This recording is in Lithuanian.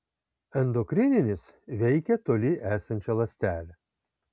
endokrininis veikia toli esančią ląstelę